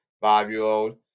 five-year-old